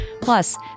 Plus